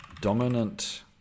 dominant